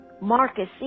Marcus